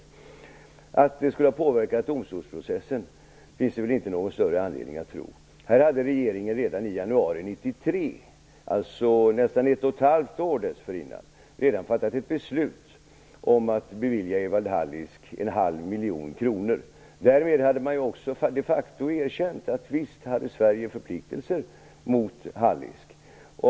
Att uttalandet skulle ha påverkat domstolsprocessen finns det väl inte någon större anledning att tro. Här hade regeringen redan i januari 1993, alltså nästan ett och ett halvt år dessförinnan, fattat ett beslut om att bevilja Evald Hallisk en halv miljon kronor. Därmed hade man de facto erkänt att Sverige hade förpliktelser mot Hallisk.